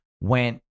went